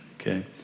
Okay